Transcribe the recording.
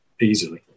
easily